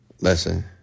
Listen